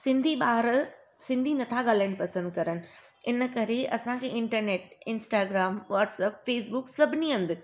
सिंधी ॿार सिंधी नथा ॻाल्हायण नथा पसंदि कनि इन करे असांखे इंटरनेट इंस्टाग्राम वाट्सअप फेसबुक सभिनी हंधि